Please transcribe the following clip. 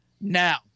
Now